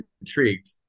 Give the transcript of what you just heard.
intrigued